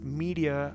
media